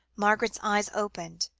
margaret's eyes opened,